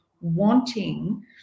wanting